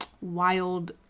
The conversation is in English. wild